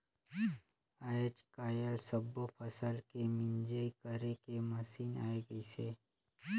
आयज कायल सब्बो फसल के मिंजई करे के मसीन आये गइसे